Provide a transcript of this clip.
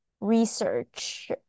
research